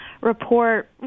Report